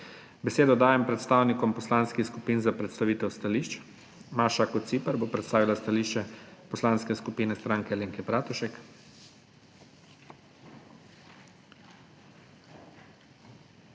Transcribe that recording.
Besedo dajem predstavnikom poslanskih skupin za predstavitev stališč. Maša Kociper bo predstavila stališče Poslanske skupine Stranke Alenke Bratušek.